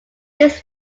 his